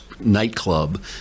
nightclub